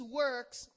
works